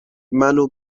منو